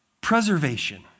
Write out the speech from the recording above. Preservation